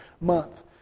month